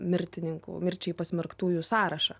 mirtininkų mirčiai pasmerktųjų sąrašą